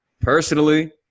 Personally